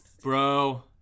bro